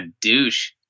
douche